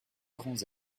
grands